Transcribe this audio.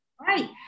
Right